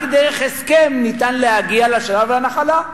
רק דרך הסכם ניתן להגיע למנוחה ולנחלה.